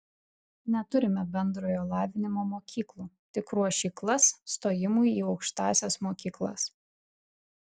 neturime bendrojo lavinimo mokyklų tik ruošyklas stojimui į aukštąsias mokyklas